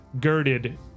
girded